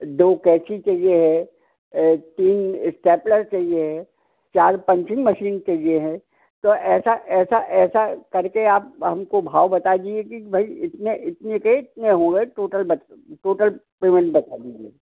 दो कैंची चाहिए है तीन इस्टेपलर चाहिए है चार पंचिंग मशीन चाहिए है तो ऐसा ऐसा ऐसा कर के आप हम को भाव बता दीजिए कि भाई इसमें इतने के इतने हो गए टोटल टोटल पेमेंट बता दीजिए